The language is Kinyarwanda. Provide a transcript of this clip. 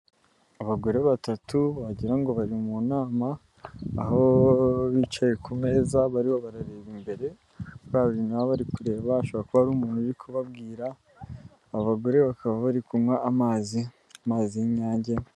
Abagore batatu wagira ngo bari mu nama aho bicaye ku meza bariho barareba imbere barebana nawe bari kureba ashobora kuba ari umuntu uri kubabwira abagore bakaba bari kunywa amazi mazi y'inyange.